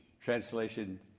Translation